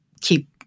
keep